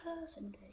person